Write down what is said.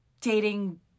dating